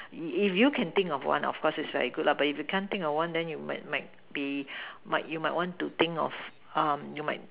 if if you can think of one of course it's very good lah but if you can't think of one you might might be might you might want to think of